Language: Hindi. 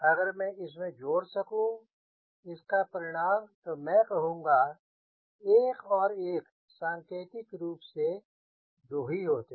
अगर मैं इसमें जोड़ सकूँ इसका परिणाम तो मैं कहूँगा 1 जोड़ 1 सांकेतिक रूप से 2 ही होते हैं